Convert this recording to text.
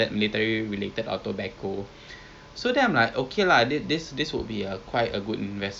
I I I think like the the notion of ethical investing is like getting more